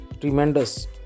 tremendous